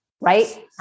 right